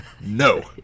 no